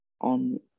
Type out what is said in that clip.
on